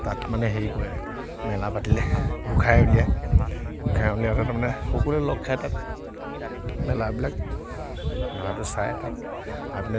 তাত মানে হেৰি কৰে মেলা পাতিলে গোঁসাই উলিয়াই গোঁসাই উলিয়াওতে তাৰমানে সকলোৱে লগ খাই তাত মেলাবিলাক মেলাটো চাই তাত চাই পিনে